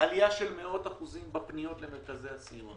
עלייה של מאות אחוזים בפנייה למרכזי הסיוע.